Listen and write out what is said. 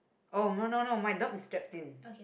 oh no no no my dog is strapped in